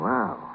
Wow